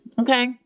okay